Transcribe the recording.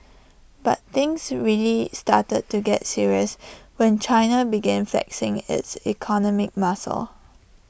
but things really started to get serious when China began flexing its economic muscle